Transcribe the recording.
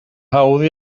hawdd